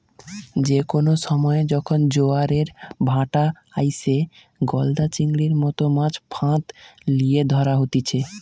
যে কোনো সময়ে যখন জোয়ারের ভাঁটা আইসে, গলদা চিংড়ির মতো মাছ ফাঁদ লিয়ে ধরা হতিছে